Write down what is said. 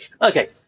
Okay